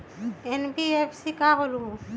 NBFC का होलहु?